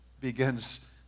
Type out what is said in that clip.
begins